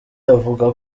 avuga